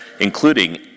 including